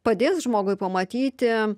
padės žmogui pamatyti